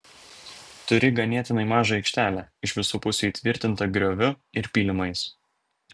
turi ganėtinai mažą aikštelę iš visų pusių įtvirtintą grioviu ir pylimais